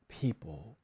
people